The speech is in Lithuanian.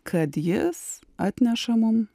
kad jis atneša mum